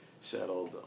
settled